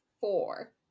four